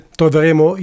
troveremo